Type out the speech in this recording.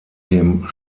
dem